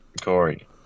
Corey